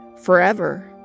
forever